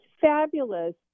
fabulous